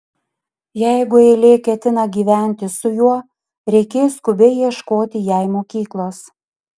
jeigu eilė ketina gyventi su juo reikės skubiai ieškoti jai mokyklos